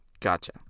Gotcha